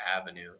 avenue